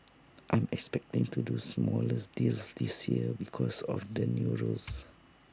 I'm expecting to do smaller deals this year because of the new rules